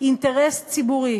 אינטרס ציבורי